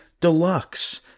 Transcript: Deluxe